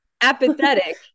apathetic